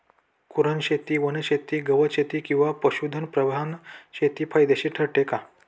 कुरणशेती, वनशेती, गवतशेती किंवा पशुधन प्रधान शेती फायदेशीर ठरते का?